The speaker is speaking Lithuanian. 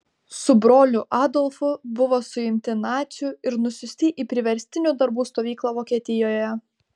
su broliu adolfu buvo suimti nacių ir nusiųsti į priverstinių darbų stovyklą vokietijoje